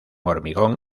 hormigón